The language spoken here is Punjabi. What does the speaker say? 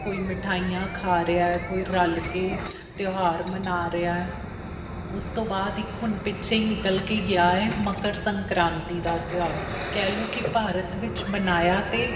ਕੋਈ ਮਿਠਾਈਆਂ ਖਾ ਰਿਹਾ ਕੋਈ ਰਲ ਕੇ ਤਿਉਹਾਰ ਮਨਾ ਰਿਹਾ ਉਸ ਤੋਂ ਬਾਅਦ ਇੱਕ ਹੁਣ ਪਿੱਛੇ ਹੀ ਨਿਕਲ ਕੇ ਗਿਆ ਹੈ ਮਕਰ ਸੰਕ੍ਰਾਂਤੀ ਦਾ ਤਿਉਹਾਰ ਕਹਿ ਲਓ ਕਿ ਭਾਰਤ ਵਿੱਚ ਮਨਾਇਆ ਤਾਂ